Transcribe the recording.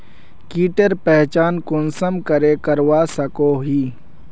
कीटेर पहचान कुंसम करे करवा सको ही?